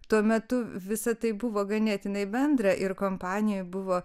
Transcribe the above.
tuo metu visa tai buvo ganėtinai bendra ir kompanijoj buvo